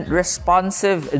responsive